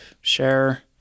share